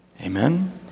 Amen